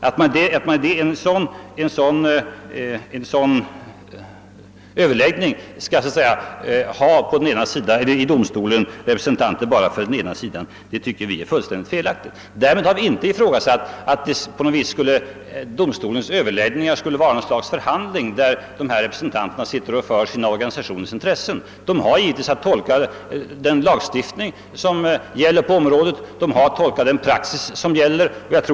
Att vid en sådan överläggning domstolen skall ha representanter bara för den ena sidan — för LO — tycker vi är principiellt felaktigt. Därmed har vi inte ifrågasatt att domstolens överläggningar skulle vara något slags förhandlingar, där representanterna för olika organisationer för fram sina organisationers intressen. De har givetvis att tolka lagstiftningen på området och den praxis som gäller.